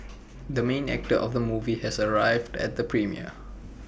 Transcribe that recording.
the main actor of the movie has arrived at the premiere